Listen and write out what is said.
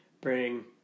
Bring